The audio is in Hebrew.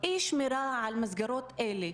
אי-שמירה על המסגרות האלה